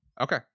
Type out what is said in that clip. okay